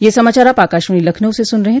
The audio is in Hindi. ब्रे क यह समाचार आप आकाशवाणी लखनऊ से सुन रहे हैं